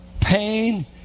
pain